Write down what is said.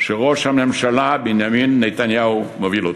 שראש הממשלה בנימין נתניהו מוביל.